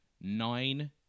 nine